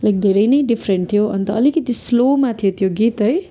like धेरै नै different थियो अन्त अलिकति स्लोमा थियो त्यो गीत है